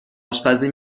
آشپزی